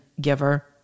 giver